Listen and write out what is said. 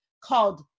called